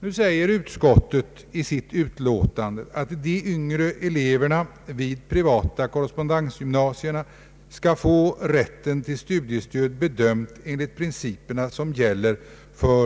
På vilketdera sättet dessa elever skall tillgodoses måste bli en lämplighetsfråga.